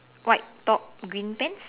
white top green pants